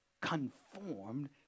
conformed